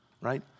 right